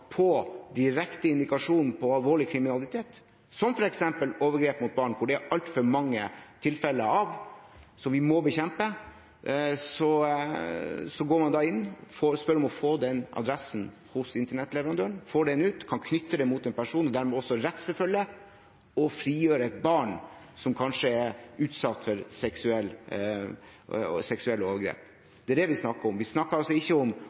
direkte indikasjon på alvorlig kriminalitet, som f.eks. overgrep mot barn, som det er altfor mange tilfeller av, og som vi må bekjempe, går inn, spør om å få adressen hos internettleverandøren, får den ut, kan knytte den til en person – og dermed også rettsforfølge og frigjøre barn som kanskje er utsatt for seksuelle overgrep. Det er det vi snakker om. Vi snakker ikke om å lagre opplysninger, vi snakker ikke om